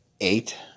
eight